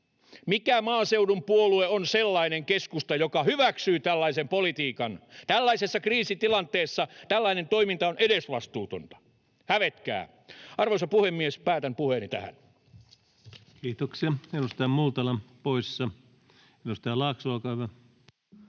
Mikä maaseudun puolue on sellainen keskusta, joka hyväksyy tällaisen politiikan? Tällaisessa kriisitilanteessa tällainen toiminta on edesvastuutonta. Hävetkää! Arvoisa puhemies! Päätän puheeni tähän. [Speech 144] Speaker: Ensimmäinen varapuhemies